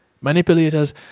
Manipulators